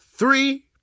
Three